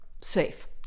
safe